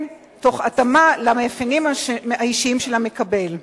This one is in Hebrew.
תוך התאמה למאפיינים האישיים של המקבל.